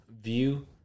view